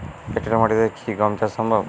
এঁটেল মাটিতে কি গম চাষ সম্ভব?